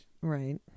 Right